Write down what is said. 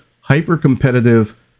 hyper-competitive